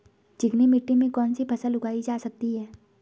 चिकनी मिट्टी में कौन सी फसल उगाई जा सकती है?